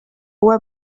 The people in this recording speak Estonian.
uue